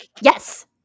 Yes